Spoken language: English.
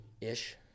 Ish